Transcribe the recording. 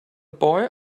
boy